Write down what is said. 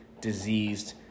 diseased